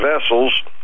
vessels